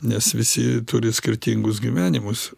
nes visi turi skirtingus gyvenimus